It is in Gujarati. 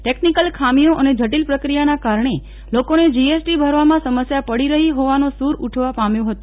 ટેકનીકલ ખામીઓ અને જટલી પ્રક્રિયાના કારણે લોકોને જીએસટી ભરવામાં સમસ્યા પડી રહી હોવાનો સુર ઉઠવા પામ્યો હતો